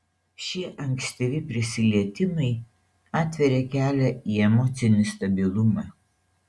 šie ankstyvi prisilietimai atveria kelią į emocinį stabilumą